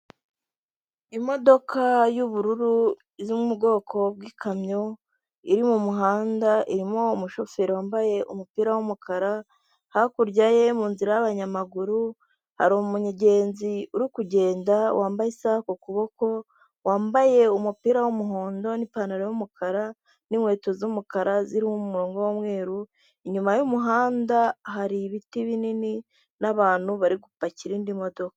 Iyo abayobozi basoje inama bari barimo hari ahantu habugenewe bahurira bakiga ku myanzuro yafashwe ndetse bakanatanga n'umucyo ku bibazo byagiye bigaragazwa ,aho hantu iyo bahageze baraniyakira.